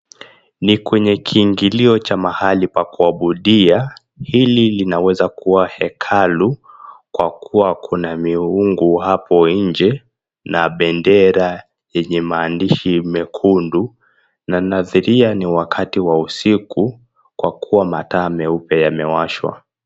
Ni kwenye kiingilio cha mahali pa kuabudia, hili linaweza kuwa hekalu kwa kuwa kuna miungu hapo nje na bendera yenye maandishi mekundu na nadhiria ni wakati wa usiku kwa kuwa mataa meupe yamewashwa.